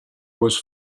was